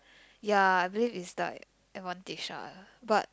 ya I believe is like advantage ah but